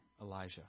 Elijah